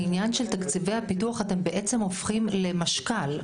בעניין של תקציבי הפיתוח אתם בעצם הופכים למשכ"ל,